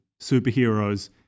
superheroes